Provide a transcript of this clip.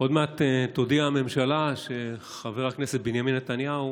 עוד מעט תודיע הממשלה שחבר הכנסת בנימין נתניהו